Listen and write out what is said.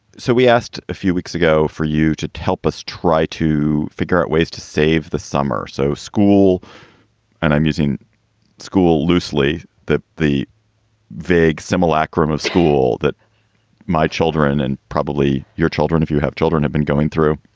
so we asked a few weeks ago for you to to help us try to figure out ways to save the summer so school and i'm using school loosely that the vig similac graham of school, that my children and probably your children, if you have children, have been going through,